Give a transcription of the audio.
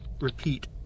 repeat